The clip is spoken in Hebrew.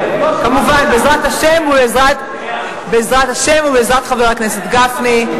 כמובן, בעזרת השם ובעזרת חבר הכנסת גפני.